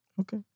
Okay